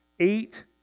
Eight